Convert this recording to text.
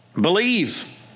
Believe